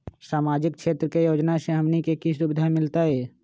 सामाजिक क्षेत्र के योजना से हमनी के की सुविधा मिलतै?